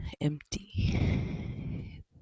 Empty